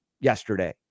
yesterday